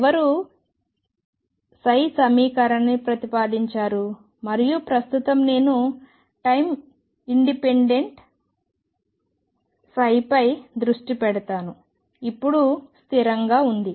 ఎవరు సమీకరణాన్ని ప్రతిపాదించారు మరియు ప్రస్తుతం నేను టైం ఇండిపెండెంట్ పై దృష్టి పెడతాను ఇప్పుడు స్థిరంగా ఉంది